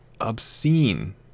obscene